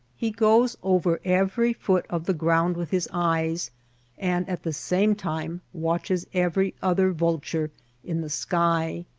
he goes over every foot of the ground with his eyes and at the same time watches every other vulture in the sky.